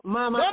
Mama